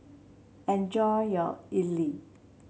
enjoy your idly